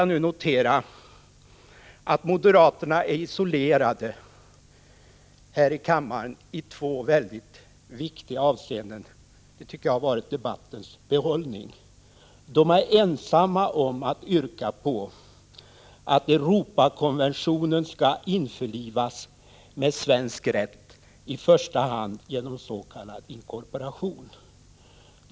Jag noterar att moderaterna är isolerade här i kammaren i två mycket viktiga avseenden, och det är debattens behållning. De är ensamma om att yrka att Europakonventionen skall införlivas med svensk rätt, i första hand genom ss.k. inkorporation.